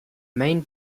main